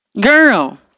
Girl